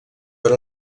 per